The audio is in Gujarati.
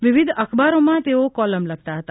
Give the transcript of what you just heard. વિવિધ અખબારોમાં તેઓ કોલમ લખતા હતા